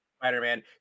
Spider-Man